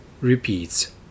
repeats